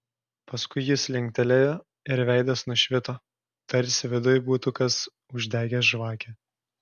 paskui jis linktelėjo ir veidas nušvito tarsi viduj būtų kas uždegęs žvakę